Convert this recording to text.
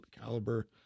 caliber